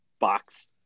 box